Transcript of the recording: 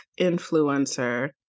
influencer